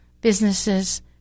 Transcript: businesses